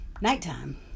nighttime